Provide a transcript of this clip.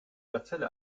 gazelle